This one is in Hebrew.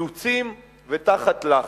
אילוצים ותחת לחץ.